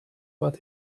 but